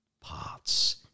parts